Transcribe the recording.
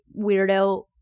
weirdo